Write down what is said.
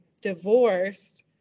divorced